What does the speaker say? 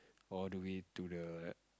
all the way to the